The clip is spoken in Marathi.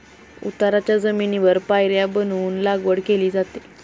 उताराच्या जमिनीवर पायऱ्या बनवून लागवड केली जाते